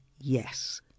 yes